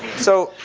so,